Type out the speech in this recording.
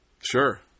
Sure